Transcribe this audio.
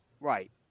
right